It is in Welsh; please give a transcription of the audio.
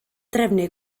drefnu